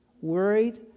worried